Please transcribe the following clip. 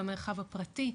במרחב הפרטי,